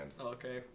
Okay